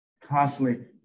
Constantly